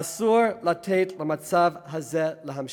אסור לתת למצב הזה להימשך.